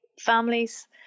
families